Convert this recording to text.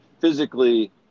physically